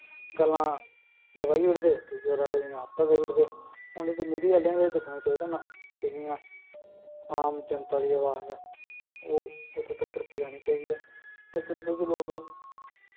गल्लां दबाई ओड़दे ते जोरै आह्ले दियां उप्पर करी ओड़दे हून एह् ते मीडिया आहलें गै दिक्खना चाहिदा ना कि जियां आम जनता दी अवाज़ ऐ ओह् उत्थें तक्कर पज़ाना चाहिदी ऐ लेकिन कुछ लोग